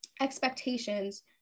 expectations